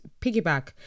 piggyback